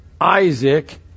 Isaac